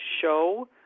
show